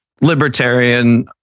libertarian